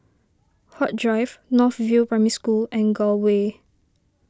Huat Drive North View Primary School and Gul Way